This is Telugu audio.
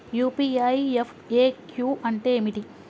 యూ.పీ.ఐ ఎఫ్.ఎ.క్యూ అంటే ఏమిటి?